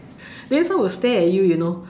then some will stare at you you know